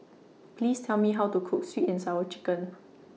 Please Tell Me How to Cook Sweet and Sour Chicken